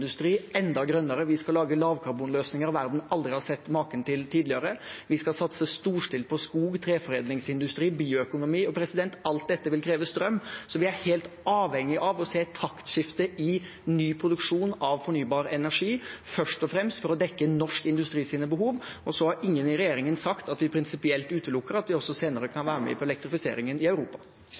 prosessindustri enda grønnere. Vi skal lage lavkarbonløsninger verden aldri har sett maken til tidligere. Vi skal satse storstilt på skog- og treforedlingsindustri og bioøkonomi. Alt dette vil kreve strøm, så vi er helt avhengig av å se et taktskifte i ny produksjon av fornybar energi, først og fremst for å dekke norsk industris behov. Så har ingen i regjeringen sagt at vi prinsipielt utelukker at vi også senere kan være med på elektrifiseringen i Europa.